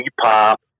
Pop